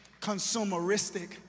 consumeristic